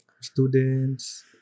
students